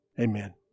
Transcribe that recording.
Amen